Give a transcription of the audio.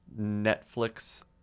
Netflix